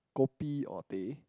kopi or teh